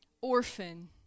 orphan